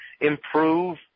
improve